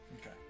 Okay